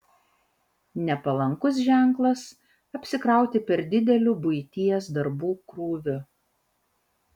nepalankus ženklas apsikrauti per dideliu buities darbų krūviu